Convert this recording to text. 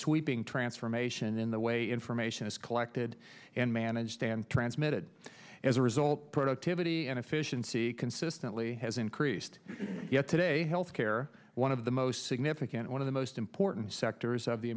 sweeping transformation in the way information is collected and managed and transmitted as a result productivity and efficiency consistently has increased yet today healthcare one of the most significant one of the most important sectors of the